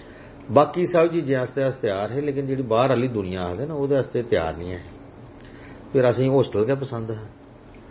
बाकी सब चीजें आस्तै अस त्यार हे लेकिन जेह्ड़ी बाह्र आह्ली दुनिया आखदे ना उं'दे आस्तै त्यार निं ऐ हे फिर असें होस्टल गै पसंद हा